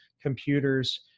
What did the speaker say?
computers